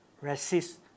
resist